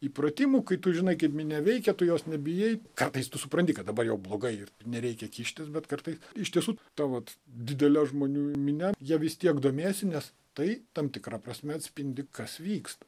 įpratimų kai tu žinai kaip minia veikia tu jos nebijai kartais tu supranti kad dabar jau blogai nereikia kištis bet kartais iš tiesų ta vat didele žmonių minia ja vis tiek domiesi nes tai tam tikra prasme atspindi kas vyksta